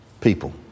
people